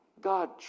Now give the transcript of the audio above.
God